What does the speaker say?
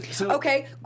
Okay